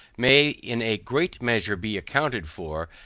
may in a great measure be accounted for,